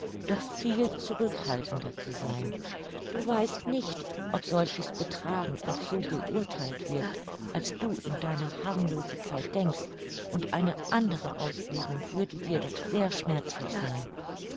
doch viel zurückhaltender zu sein du weißt nicht ob solches betragen auch so beurtheilt wird als du in deiner harmlosigkeit denkst und eine andere auslegung würde dir doch sehr schmerzlich sein